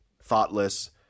thoughtless